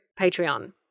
Patreon